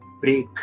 break